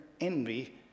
envy